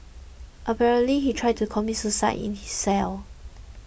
apparently he tried to commit suicide in his cell